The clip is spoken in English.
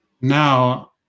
now